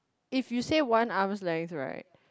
if you one arms length right